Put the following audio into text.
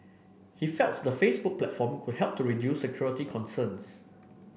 he felt the Facebook platform could help to reduce security concerns